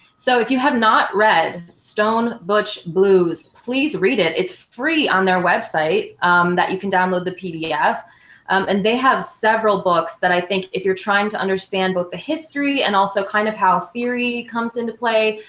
so if you have not read stone butch blues, please read it. it's free on their website that you can download the pdf and they have several books that i think if you are trying to understand both the history and kind of how theory comes into play,